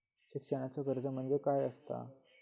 शिक्षणाचा कर्ज म्हणजे काय असा?